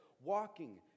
walking